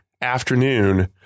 afternoon